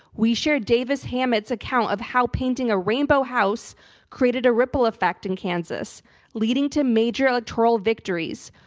we shared davis hammett's account of how painting a rainbow house created a ripple effect in kansas leading to major electoral victories.